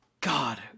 god